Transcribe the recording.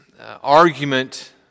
argument